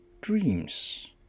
dreams